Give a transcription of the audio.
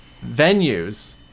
venues